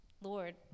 Lord